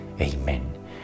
Amen